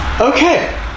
Okay